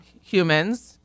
humans